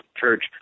Church